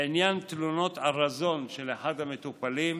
לעניין תלונות על רזון של אחד המטופלים,